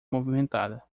movimentada